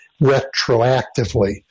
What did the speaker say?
retroactively